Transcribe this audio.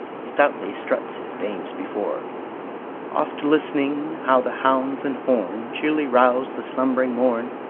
stoutly struts his dames before oft listening how the hounds and horn cheerly rouse the slumbering morn,